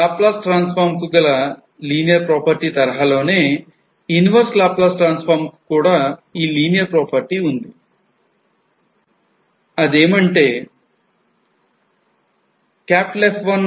Laplace transform కు గల linearity property తరహాలోనే inverse Laplace transform కు కూడా ఈ linearity property ఉంది